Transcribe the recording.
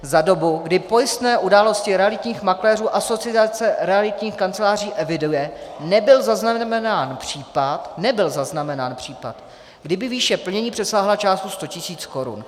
Za dobu, kdy pojistné události realitních makléřů Asociace realitních kanceláří eviduje, nebyl zaznamenán případ nebyl zaznamenán případ kdy by výše plnění přesáhla částku 100 000 korun.